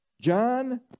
John